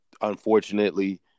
unfortunately